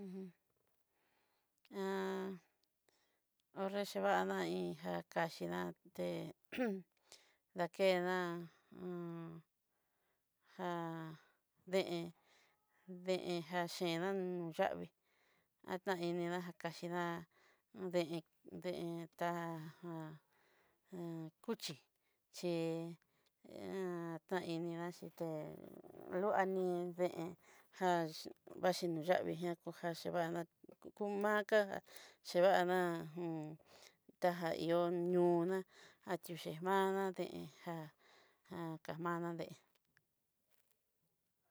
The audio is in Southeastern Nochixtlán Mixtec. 'nré xhivadaija kaxhidaté uj dakedá já, deén deén jaxhidán xhavii ataini kaxhidá deén deén tá já kuchí chí taini va xhí té loani deén ján vaxhi noyavii ján kojaxhi vaná'a komaka xheovaná j taja ihó niuná atiuxhivaná deén, já jamaná deén.